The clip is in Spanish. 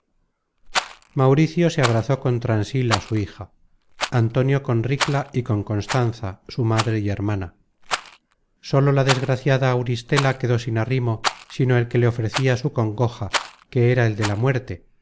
mauricio se abrazó con transila su hija antonio con ricla y con constanza su madre y hermana sólo la desgraciada auristela quedó sin arrimo sino el que le ofrecia su congoja que era el de la muerte